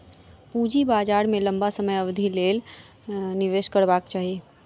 पूंजी बाजार में लम्बा समय अवधिक लेल निवेश करबाक चाही